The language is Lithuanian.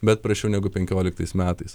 bet prasčiau negu penkioliktais metais